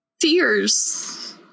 fears